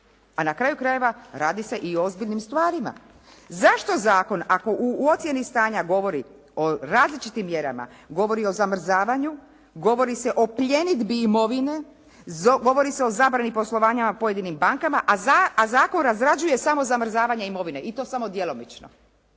A na kraju krajeva, radi se i ozbiljnim stvarima. Zašto zakon, ako u ocjeni stanja govori o različitim mjerama, govori o zamrzavanju, govori se o pljenidbi imovine, govori se o zabrani poslovanja pojedinim bankama, a zakon razrađuje samo zamrzavanje imovine i to samo djelomično.